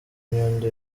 nyundo